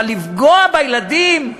אבל לפגוע בילדים?